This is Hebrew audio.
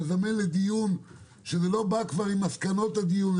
לזמן לדיון שלא בא כבר עם מסקנות הדיון,